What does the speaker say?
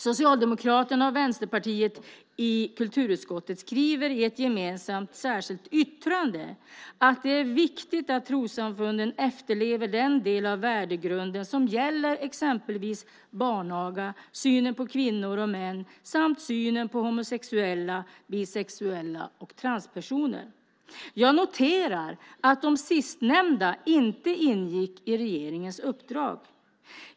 Socialdemokraterna och Vänsterpartiet i kulturutskottet skriver i ett gemensamt särskilt yttrande att det är viktigt att trossamfunden efterlever den del av värdegrunden som gäller exempelvis barnaga, synen på kvinnor och män samt synen på homosexuella, bisexuella och transpersoner. Jag noterar att de sistnämnda inte ingick i regeringens uppdrag.